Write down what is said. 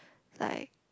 like